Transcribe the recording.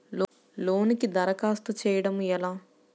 లోనుకి దరఖాస్తు చేయడము ఎలా?